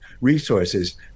resources